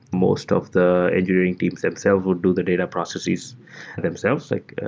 most of the engineering teams themselves would build the data processes themselves, like